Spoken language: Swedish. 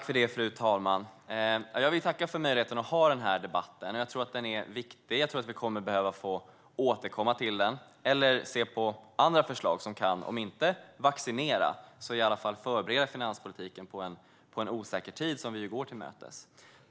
Fru talman! Jag vill tacka för möjligheten att ha denna debatt. Jag tror att den är viktig. Jag tror att vi kommer att behöva återkomma till den eller se på andra förslag som kan om inte vaccinera så i alla fall förbereda finanspolitiken på en osäker tid, som vi ju går till mötes.